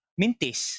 mintis